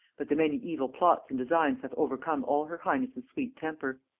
but the many evil plots and designs hath overcome all her highness' sweet temper.